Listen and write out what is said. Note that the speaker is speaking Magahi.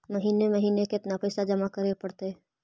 महिने महिने केतना पैसा जमा करे पड़तै?